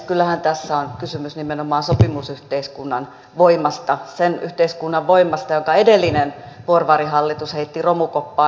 kyllähän tässä on kysymys nimenomaan sopimusyhteiskunnan voimasta sen yhteiskunnan voimasta jonka edellinen porvarihallitus heitti romukoppaan